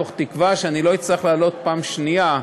בתקווה שאני לא אצטרך לעלות פעם שנייה,